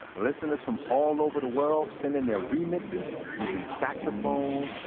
listeners from all over the world sent in their remixes, using saxophones,